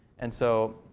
and so,